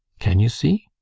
can you see?